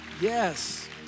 Yes